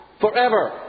forever